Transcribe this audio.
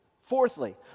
fourthly